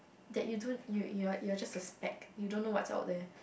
that you don't you you are you are just a speck you don't know what's out there